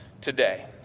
today